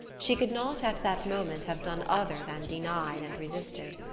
she could not at that moment have done other than denied and resisted.